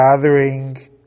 gathering